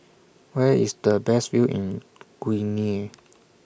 Where IS The Best View in Guinea